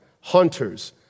hunters